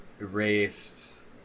erased